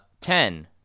ten